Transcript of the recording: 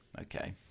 Okay